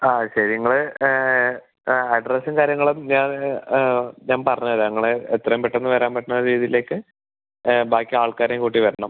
ആ ശരി നിങ്ങൾ ആ അഡ്രസ്സും കാര്യങ്ങളും ഞാൻ ഞാൻ പറഞ്ഞുതരാം നിങ്ങൾ എത്രയും പെട്ടെന്ന് വരാൻ പറ്റണ രീതിയിലേക്ക് ബാക്കി ആൾക്കാരെയും കൂട്ടി വരണം